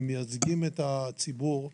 ומייצגים את הציבור,